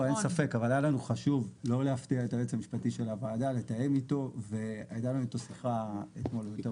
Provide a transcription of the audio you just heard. היה לנו חשוב לתאם עם כל הגורמים הרלוונטיים.